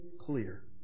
clear